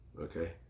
Okay